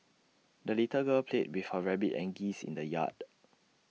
the little girl played with her rabbit and geese in the yard